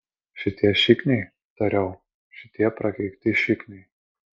šitie šikniai tariau šitie prakeikti šikniai